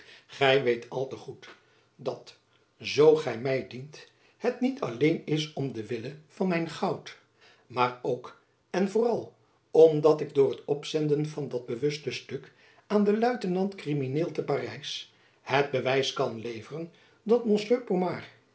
gy weet al te goed dat zoo gy my dient het niet alleen is om den wille van mijn goud maar ook en vooral omdat ik door het opzenden van dat bewuste stuk aan den luitenant krimineel te parijs het bewijs kan leveren dat monsieur pomard